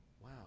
wow